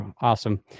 Awesome